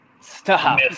Stop